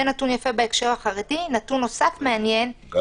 אני מבין שיש גם